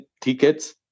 tickets